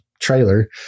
trailer